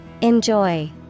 Enjoy